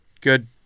good